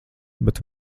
bet